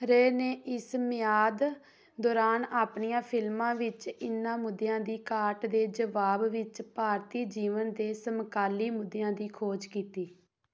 ਰੇ ਨੇ ਇਸ ਮਿਆਦ ਦੌਰਾਨ ਆਪਣੀਆਂ ਫ਼ਿਲਮਾਂ ਵਿੱਚ ਇਨ੍ਹਾਂ ਮੁੱਦਿਆਂ ਦੀ ਘਾਟ ਦੇ ਜਵਾਬ ਵਿੱਚ ਭਾਰਤੀ ਜੀਵਨ ਦੇ ਸਮਕਾਲੀ ਮੁੱਦਿਆਂ ਦੀ ਖੋਜ ਕੀਤੀ